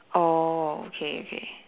oh okay okay